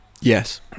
Yes